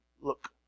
look